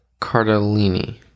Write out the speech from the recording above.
Cardellini